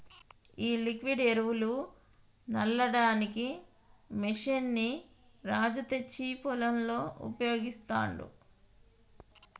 ఈ లిక్విడ్ ఎరువులు సల్లడానికి మెషిన్ ని రాజు తెచ్చి పొలంలో ఉపయోగిస్తాండు